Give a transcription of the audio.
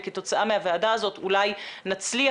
לצערי, בתל אביב ובגולן הם לא הצליחו